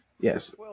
yes